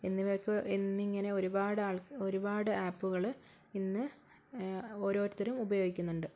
എന്നിവയൊക്കെ എന്നിങ്ങനെ ഒരുപാട് ഒരുപാട് ആപ്പുകൾ ഇന്ന് ഓരോരുത്തരും ഉപയോഗിക്കുന്നുണ്ട്